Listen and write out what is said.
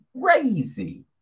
crazy